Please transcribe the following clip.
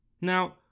Now